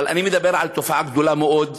אבל אני מדבר על תופעה רחבה מאוד,